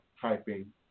typing